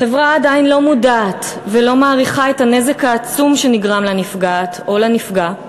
החברה עדיין לא מודעת ולא מעריכה את הנזק העצום שנגרם לנפגעת או לנפגע,